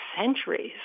centuries